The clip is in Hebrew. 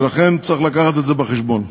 ולכן צריך להביא את זה בחשבון.